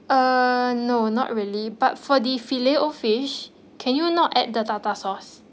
uh no not really but for the fillet O fish can you not add the tartar sauce